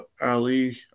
Ali